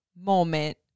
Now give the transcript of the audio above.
moment